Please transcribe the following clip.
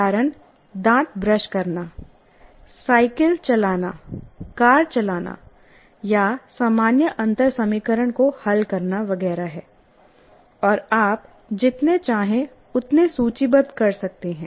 उदाहरण दांत ब्रश करना साइकिल चलाना कार चलाना या सामान्य अंतर समीकरण को हल करना वगैरह हैं और आप जितने चाहें उतने सूचीबद्ध कर सकते हैं